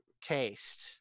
taste